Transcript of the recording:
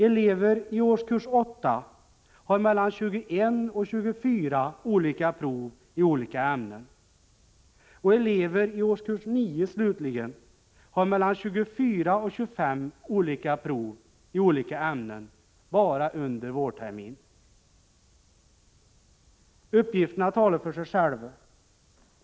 Elever i årskurs 8 har mellan 21 och 24 olika prov i olika ämnen, och elever i årskurs 9 har 24 å 25 olika prov i olika ämnen bara under vårterminen. Uppgifterna talar för sig själva.